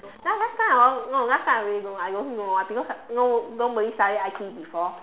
ya last time I no last time I really don't know I don't know because like no~ nobody study it before